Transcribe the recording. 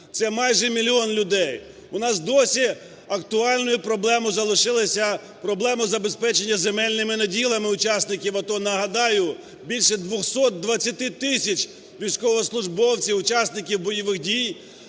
це майже мільйон людей. У нас досі актуальною проблемою залишилася проблема забезпечення земельними наділами учасників АТО. Нагадаю, більше 220 тисяч військовослужбовців, учасників бойових дій,